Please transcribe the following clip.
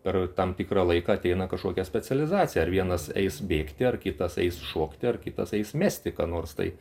per tam tikrą laiką ateina kažkokia specializacija ar vienas eis bėgti ar kitas eis šokti ar kitas eis mesti ką nors tai